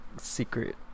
secret